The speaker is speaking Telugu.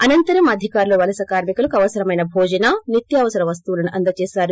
అనంతరం అధికారులు వలస కార్మికులకు అవసరమైన భోజన నిత్యావసర వస్తువులను అందజేశారు